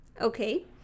Okay